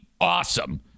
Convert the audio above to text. awesome